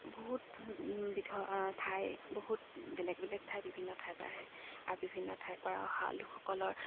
বহুত বিধৰ ঠাই বহুত বেলেগ বেলেগ ঠাই বিভিন্ন ঠাইৰ পৰা আহে আৰু বিভিন্ন ঠাইৰ পৰা অহা লোকসকলৰ